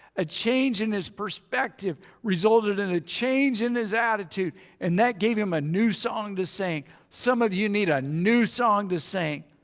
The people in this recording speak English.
a change in his perspective resulted in a change in his attitude and that gave him a new song to sing. some of you need a new song to sing.